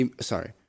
Sorry